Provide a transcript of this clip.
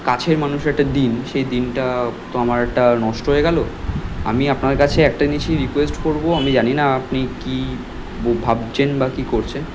কাছের মানুষের একটা দিন সেই দিনটা তো আমার একটা নষ্ট হয়ে গেলো আমি আপনার কাছে একটা জিনিসই রিকোয়েস্ট করব আমি জানি না আপনি কী বো ভাবছেন বা কী করছেন